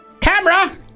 Camera